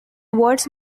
words